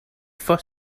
for